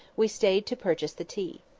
we stayed to purchase the tea.